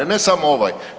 Ne samo ovaj.